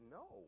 no